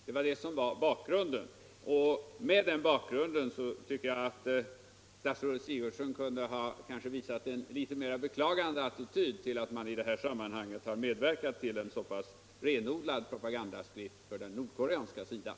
Detta var bakgrunden. Med den bakgrunden tycker jag statsrådet Sigurdsen kunde ha visat en litet mera beklagande attityd inför att man . i det här sammanhanget medverkat till en så pass renodlad propagandaskrift för den nordkoreanska sidan.